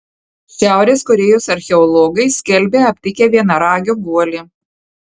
šiaurės korėjos archeologai skelbia aptikę vienaragio guolį